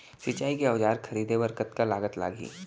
सिंचाई के औजार खरीदे बर कतका लागत लागही?